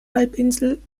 halbinsel